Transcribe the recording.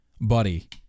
buddy